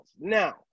Now